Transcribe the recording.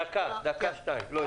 דקה, שתיים, לא יותר.